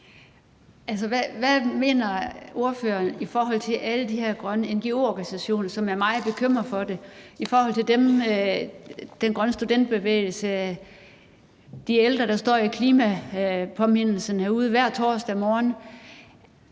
hvad mener ordføreren i forhold til alle de her grønne ngo-organisationer, som er meget bekymrede for det, altså i forhold til Den Grønne Studenterbevægelse, de ældre, der står i Klimapåmindelsen derude hver torsdag morgen?